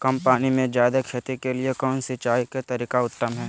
कम पानी में जयादे खेती के लिए कौन सिंचाई के तरीका उत्तम है?